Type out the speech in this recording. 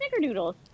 Snickerdoodles